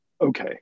okay